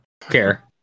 care